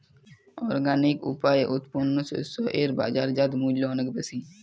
organic উপায়ে উৎপন্ন শস্য এর বাজারজাত মূল্য অনেক বেশি